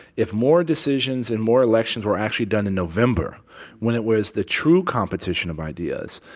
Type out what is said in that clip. if more decisions and more elections were actually done in november when it was the true competition of ideas,